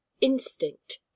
Instinct